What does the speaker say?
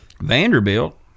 Vanderbilt